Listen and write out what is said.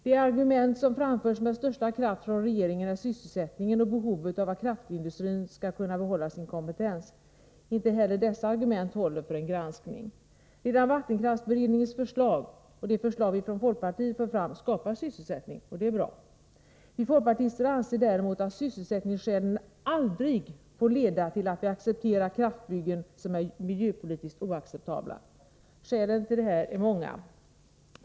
De argument som framförs med störst kraft från regeringen gäller sysselsättningen och behovet av att kraftindustrin skall kunna behålla sin kompetens. Inte heller dessa argument håller för en granskning. Redan vattenkraftsberedningens förslag och de förslag vi från folkpartiet för fram skapar sysselsättning. Och det är bra! Vi folkpartister anser däremot att sysselsättningsskälen aldrig får leda till att vi accepterar kraftbyggen som är miljöpolitiskt oacceptabla. Skälen till detta är många.